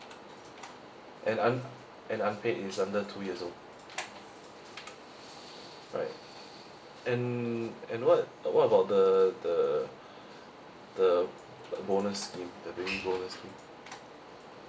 and un and unpaid is under two years old right and and what what about the the the bonus scheme the baby bonus scheme